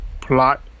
plot